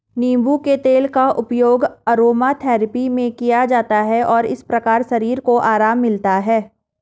नींबू के तेल का उपयोग अरोमाथेरेपी में किया जाता है और इस प्रकार शरीर को आराम मिलता है